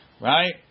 Right